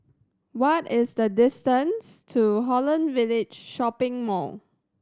what is the distance to Holland Village Shopping Mall